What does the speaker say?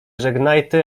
żegnajty